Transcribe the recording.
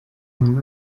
man